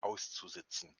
auszusitzen